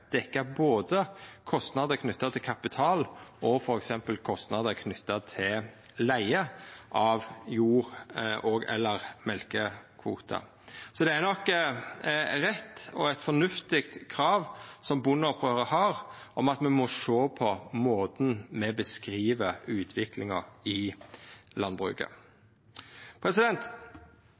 kostnader knytte både til kapital og til f.eks. leige av jord og/eller mjølkekvotar. Det er nok rett og eit fornuftig krav som bondeopprøret har, om at me må sjå på måten me beskriv utviklinga i landbruket.